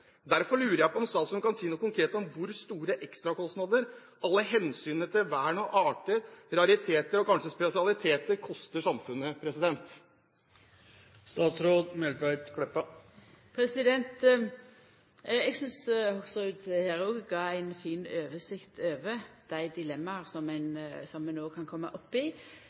Derfor lurer jeg på om statsråden kan si noe konkret om hvor store ekstrakostnader alle hensynene til vern og arter, rariteter og kanskje spesialiteter påfører samfunnet. Eg synest Hoksrud her òg gav ei fin oversikt over dei dilemma som vi no kan koma opp i